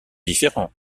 différents